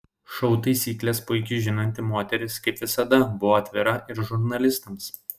šou taisykles puikiai žinanti moteris kaip visada buvo atvira ir žurnalistams